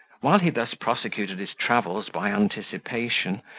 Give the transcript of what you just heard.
while he thus prosecuted his travels by anticipation,